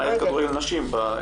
למעט כדורגל נשים.